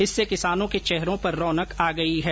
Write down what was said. इससे किसानों के चेहरों पर रौनक आ गई है